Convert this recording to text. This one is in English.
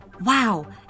Wow